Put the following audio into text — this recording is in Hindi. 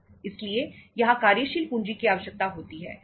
इसीलिए यहां कार्यशील पूंजी की आवश्यकता होती है